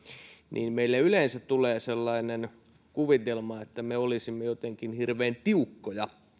niin meille yleensä tulee sellainen kuvitelma että me olisimme jotenkin hirveän tiukkoja